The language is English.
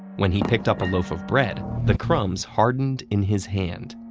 when he picked up a loaf of bread, the crumbs hardened in his hand.